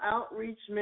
Outreach